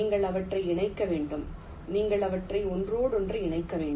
நீங்கள் அவற்றை இணைக்க வேண்டும் நீங்கள் அவற்றை ஒன்றோடொன்று இணைக்க வேண்டும்